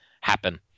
happen